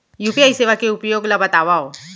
UPI सेवा के उपयोग ल बतावव?